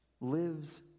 lives